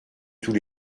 tous